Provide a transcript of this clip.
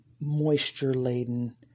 moisture-laden